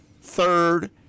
third